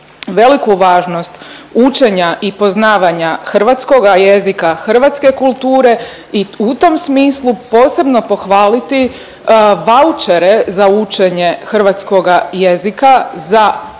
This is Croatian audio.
veliku važnost učenja i poznavanja hrvatskoga jezika, hrvatske kulture i u tom smislu posebno pohvaliti vaučere za učenje hrvatskoga jezika za one